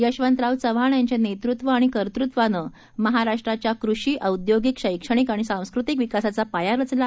यशवंतराव चव्हाण यांच्या नेतृत्व आणि कर्तृत्वानं महाराष्ट्राच्या कृषी औद्योगिक शैक्षणिक आणि सांस्कृतिक विकासाचा पाया रचला